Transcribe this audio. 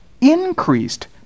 increased